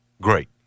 great